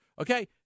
Okay